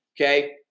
okay